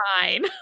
fine